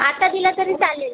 आता दिलात तरी चालेल